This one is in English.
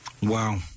Wow